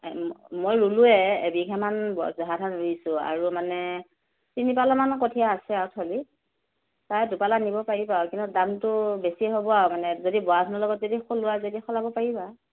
মই ৰুলোঁৱে এবিঘামান জহা ধান ৰুইছোঁ আৰু মানে তিনি পালামান কঠীয়া আছে আৰু থলীত তাৰে দুপালা নিব পাৰিবা আৰু কিন্তু দামটো বেছি হ'ব আৰু মানে যদি বৰা ধানৰ লগত যদি সলোৱা তেতিয়া সলাব পাৰিবা